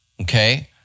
Okay